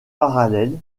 parallèle